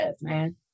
man